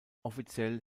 offiziell